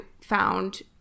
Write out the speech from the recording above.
found